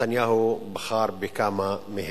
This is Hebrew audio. נתניהו בחר בכמה מהן.